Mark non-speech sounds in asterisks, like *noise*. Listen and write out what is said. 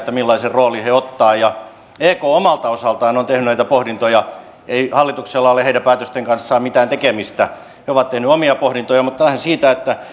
millaisen roolin ne ottavat ja ek omalta osaltaan on tehnyt näitä pohdintoja ei hallituksella ole heidän päätöstensä kanssa mitään tekemistä he ovat tehneet omia pohdintojaan mutta lähden siitä että *unintelligible*